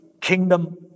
kingdom